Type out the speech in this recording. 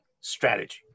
strategy